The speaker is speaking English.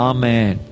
Amen